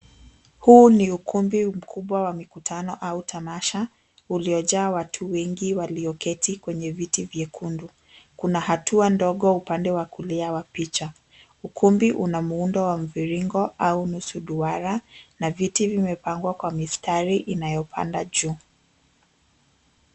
Huu ni ukumbi mkubwa wa mikutano au tamasha uliojaa watu wengi walioketi kwenye viti vyekundu. Kuna hatua ndogo upande wa kulia wa picha. Ukumbi una muundo wa mviringo au nusu duara na viti vimepangwa kwa mistari inayopanda juu.